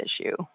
issue